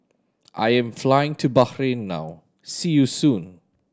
I am flying to Bahrain now see you soon